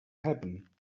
happen